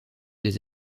des